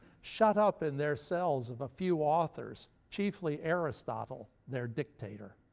shut up in their cells of a few authors, chiefly aristotle, their dictator.